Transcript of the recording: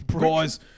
Guys